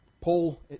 Paul